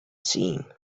seen